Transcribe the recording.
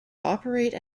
operate